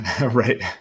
Right